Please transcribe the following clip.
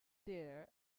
there